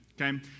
Okay